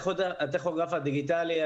הטכוגרף הדיגיטלי,